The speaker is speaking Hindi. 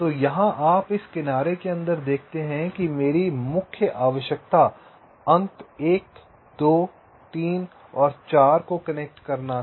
तो यहाँ आप इस किनारे के अंदर देखते हैं कि मेरी मुख्य आवश्यकता अंक 1 2 3 और 4 को कनेक्ट करना था